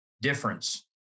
difference